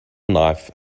knife